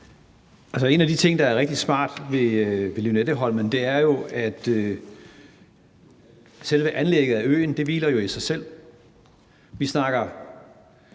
en af de ting, der er rigtig smart ved Lynetteholmen, er jo, at selve anlægget af øen hviler i sig selv. Vi snakker